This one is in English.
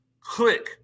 click